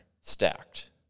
stacked